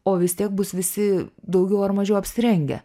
o vis tiek bus visi daugiau ar mažiau apsirengę